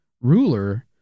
ruler